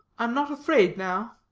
i'm not afraid now.